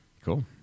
Cool